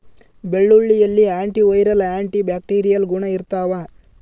ಬೆಳ್ಳುಳ್ಳಿಯಲ್ಲಿ anti viral anti bacterial ಗುಣ ಇರ್ತಾವ